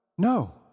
no